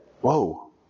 Whoa